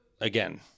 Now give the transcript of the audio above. again